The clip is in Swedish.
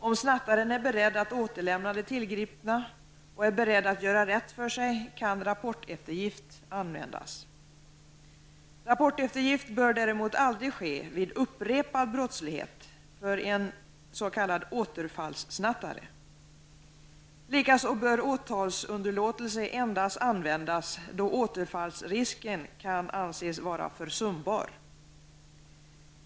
Om snattaren är beredd att återlämna det tillgripna och är beredd att göra rätt för sig, kan rapporteftergift användas. Rapporteftergift bör däremot aldrig ske vid upprepad brottslighet, för en s.k. återfallssnattare. Likaså bör åtalsunderlåtelse endast användas då återfallsrisken kan anses vara försumbar.